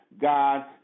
God